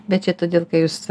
bet čia todėl kad jūs